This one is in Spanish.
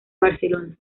barcelona